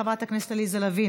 חברת הכנסת עליזה לביא,